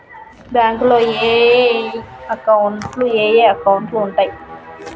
బ్యాంకులో ఏయే అకౌంట్లు ఉంటయ్?